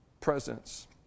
presence